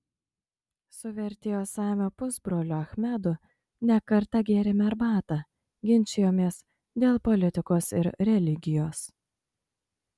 su vertėjo samio pusbroliu achmedu ne kartą gėrėme arbatą ginčijomės dėl politikos ir religijos